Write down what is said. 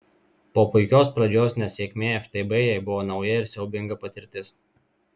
po puikios pradžios nesėkmė ftb jai buvo nauja ir siaubinga patirtis